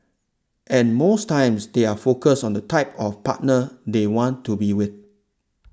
and most times they are focused on the type of partner they want to be with